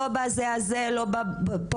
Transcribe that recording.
לא בזה הזה לא בפה,